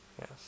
Yes